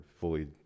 fully